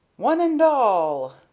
one and all!